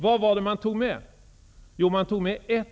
Vad var det man tog med?